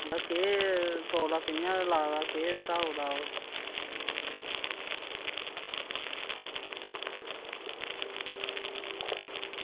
बाऽ केह् तोला कियां ला दा केह् चला दा